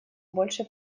больше